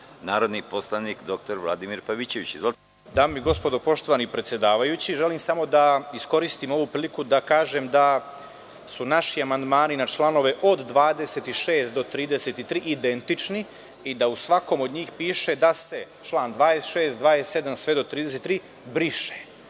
Izvolite. **Vladimir Pavićević** Dame i gospodo, poštovani predsedavajući, želim samo da iskoristim ovu priliku da kažem da su naši amandmani na članove od 26. do 33. identični i da u svakom od njih piše da se čl. 26, 27, pa sve do 33. brišu.